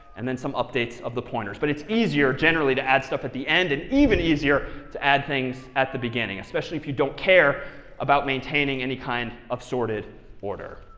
and then some updates of the pointers. but it's easier generally to add stuff at the end and even easier to add things at the beginning, especially if you don't care about maintaining any kind of sorted order.